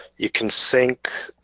you can sync